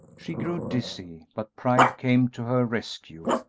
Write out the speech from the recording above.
she grew dizzy, but pride came to her rescue,